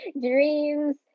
dreams